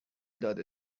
داده